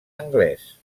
anglès